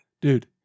Dude